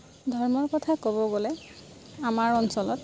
ধৰ্মৰ কথা ক'ব গ'লে আমাৰ অঞ্চলত